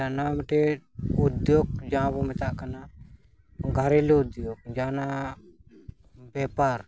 ᱱᱚᱣᱟ ᱢᱤᱫᱴᱮᱡ ᱩᱫᱳᱜᱽ ᱡᱟᱦᱟᱸᱵᱚᱱ ᱢᱮᱛᱟᱜ ᱠᱟᱱᱟ ᱜᱷᱟᱨᱤᱞᱳ ᱩᱫᱽᱫᱳᱜᱽ ᱡᱟᱦᱟᱸᱱᱟᱜ ᱵᱮᱯᱟᱨ